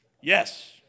yes